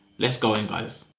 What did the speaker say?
let's go and buy this.